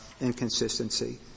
inconsistency